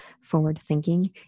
forward-thinking